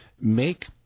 make